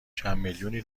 چندمیلیونی